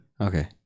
Okay